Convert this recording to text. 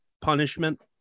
punishment